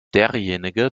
derjenige